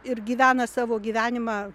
ir gyvena savo gyvenimą